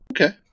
Okay